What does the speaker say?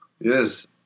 Yes